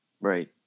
Right